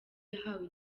yahawe